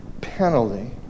penalty